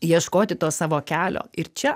ieškoti to savo kelio ir čia